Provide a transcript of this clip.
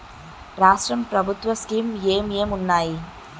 రాష్ట్రం ప్రభుత్వ స్కీమ్స్ ఎం ఎం ఉన్నాయి?